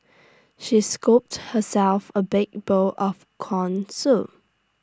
she scooped herself A big bowl of Corn Soup